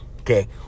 okay